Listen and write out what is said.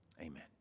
Amen